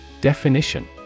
Definition